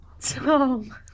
Tom